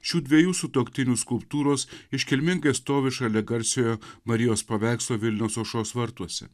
šių dviejų sutuoktinių skulptūros iškilmingai stovi šalia garsiojo marijos paveikslo vilniaus aušros vartuose